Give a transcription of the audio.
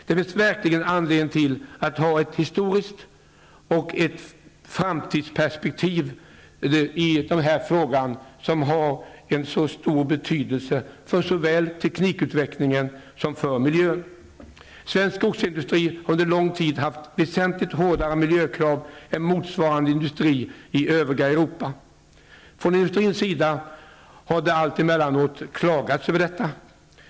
Det finns verkligen anledning till att ha både ett historiskt perspektiv och ett framtidsperspektiv i denna fråga, som har så stor betydelse såväl för teknikutvecklingen som för miljön. Det har under lång tid ställts väsentligt hårdare miljökrav på svensk skogsindustri än på motsvarande industri i övriga Europa. Från industrins sida har det emellanåt klagats på detta.